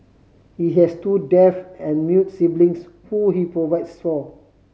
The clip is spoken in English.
he has two deaf and mute siblings who he provides for